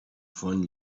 von